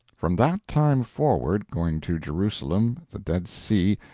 from that time forward, going to jerusalem, the dead sea,